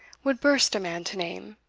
would burst a man to name